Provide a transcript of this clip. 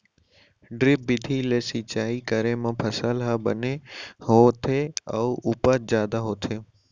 drip बिधि ले सिंचई करे म फसल ह बने होथे अउ उपज जादा होथे